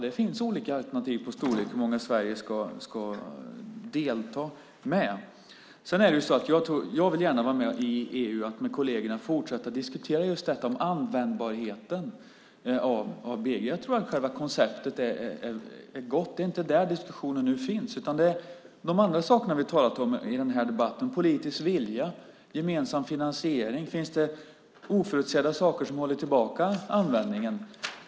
Det finns olika alternativ på storlek hur många Sverige ska delta med. Jag vill gärna vara med i EU och med kollegerna fortsätta att diskutera just detta om användbarheten av BG:n. Jag tror att själva konceptet är gott. Det är inte där diskussionen nu finns. Det handlar om de andra sakerna vi har talat om i den här debatten. Det är politisk vilja och gemensam finansiering. Finns det oförutsedda saker som håller tillbaka användningen?